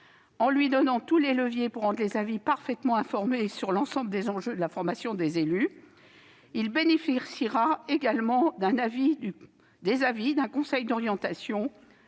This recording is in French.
en lui confiant tous les leviers nécessaires pour rendre des avis parfaitement informés sur l'ensemble des enjeux de la formation des élus. Le CNFEL bénéficiera également des avis d'un conseil d'orientation